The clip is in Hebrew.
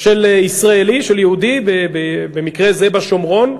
של ישראלי, של יהודי, במקרה זה בשומרון,